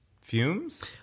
fumes